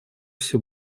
все